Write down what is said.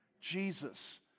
Jesus